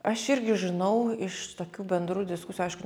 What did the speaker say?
aš irgi žinau iš tokių bendrų diskusijų aišku